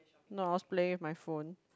no I was playing with my phone